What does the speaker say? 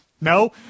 No